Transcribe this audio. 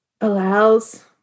allows